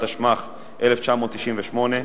התשמ"ח 1998,